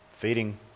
feeding